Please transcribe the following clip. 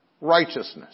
righteousness